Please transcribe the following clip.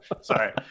Sorry